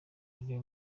ari